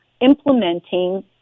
implementing